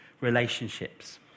relationships